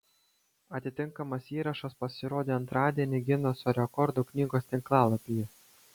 atitinkamas įrašas pasirodė antradienį gineso rekordų knygos tinklalapyje